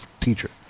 teacher